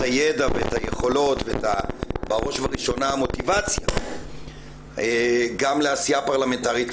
הידע ואת היכולות ובראש ובראשונה את המוטיבציה גם לעשייה פרלמנטרית,